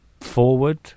forward